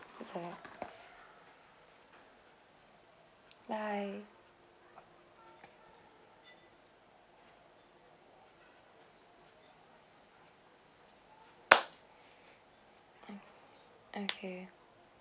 is alright bye okay